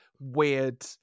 weird